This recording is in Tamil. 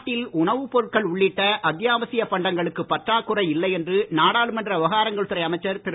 நாட்டில் உணவுப்பொருட்கள் உள்ளிட்ட அத்தியாவசியப் பண்டங்களுக்கு பற்றாக்குறை இல்லை என்று நாடாளுமன்ற விவகாரங்கள் துறை அமைச்சர் திரு